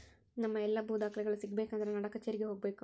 ನಮ್ಮ ಎಲ್ಲಾ ಭೂ ದಾಖಲೆಗಳು ಸಿಗಬೇಕು ಅಂದ್ರ ನಾಡಕಛೇರಿಗೆ ಹೋಗಬೇಕು